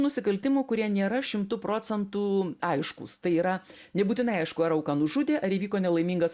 nusikaltimų kurie nėra šimtu procentų aiškūs tai yra nebūtinai aišku ar auką nužudė ar įvyko nelaimingas